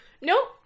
Nope